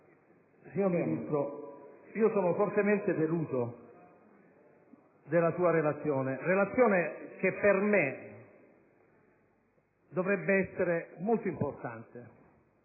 Signor Ministro, sono fortemente deluso della sua Relazione, che per me dovrebbe essere molto importante,